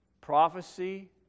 Prophecy